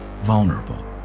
vulnerable